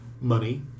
money